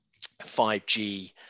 5g